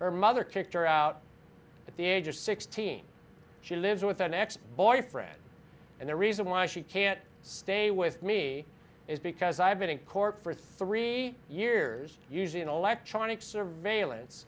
her mother kicked her out at the age of sixteen she lives with an ex boyfriend and the reason why she can't stay with me is because i've been in court for three years using electronic surveillance